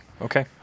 Okay